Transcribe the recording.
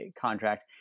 contract